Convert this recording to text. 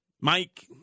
Mike